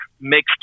mixed